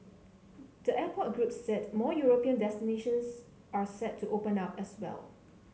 the airport group said more European destinations are set to open up as well